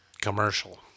commercial